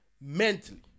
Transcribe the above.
mentally